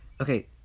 Okay